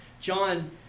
John